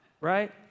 right